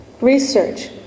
research